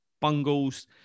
Bungles